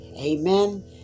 Amen